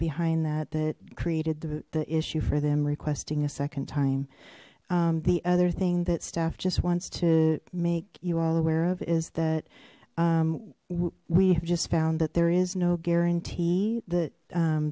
behind that that created the issue for them requesting a second time the other thing that staff just wants to make you all aware of is that we have just found that there is no guarantee that